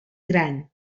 gran